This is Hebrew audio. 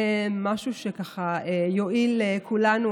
משהו שיועיל לכולנו,